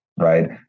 Right